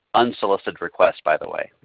unsolicited requests by the way.